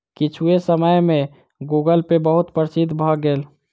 किछुए समय में गूगलपे बहुत प्रसिद्ध भअ भेल